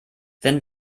wenn